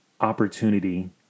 opportunity